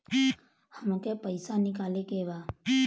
हमके पैसा निकाले के बा